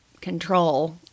control